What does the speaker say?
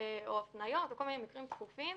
או הפניות או כל מיני מקרים דחופים,